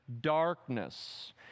Darkness